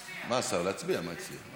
להצביע, מה הציע.